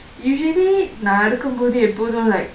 usually நா எடுக்கும்போது எப்போதும்:naa edukumbothu eppodhum like